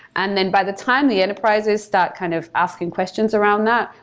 and then, by the time the enterprises start kind of asking questions around that,